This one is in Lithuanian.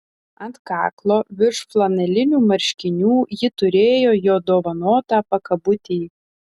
ant kaklo virš flanelinių marškinių ji turėjo jo dovanotą pakabutį